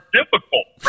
difficult